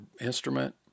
instrument